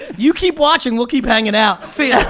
you keep watching, we'll keep hanging out. see ya!